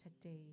today